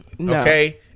okay